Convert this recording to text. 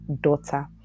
daughter